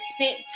spent